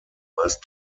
meist